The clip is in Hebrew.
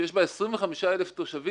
שיש בה 25,000 תושבים?